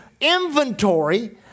inventory